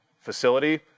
facility